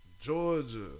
Georgia